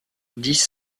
dix